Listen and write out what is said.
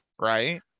right